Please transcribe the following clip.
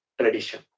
tradition